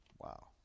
Wow